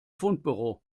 fundbüro